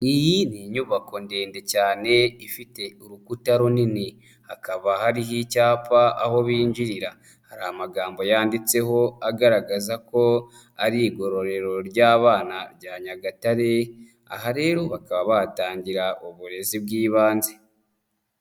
Iyi ni inyubako ndende cyane ifite urukuta runini hakaba hariho icyapa aho binjirira, hari amagambo yanditseho agaragaza ko ari igororero ry'abana rya Nyagatare, aha rero bakaba bahatangira uburezi bw'ibanze.